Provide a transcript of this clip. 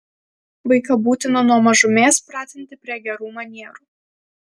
vaiką būtina nuo mažumės pratinti prie gerų manierų